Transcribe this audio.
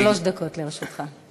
שלוש דקות לרשותך.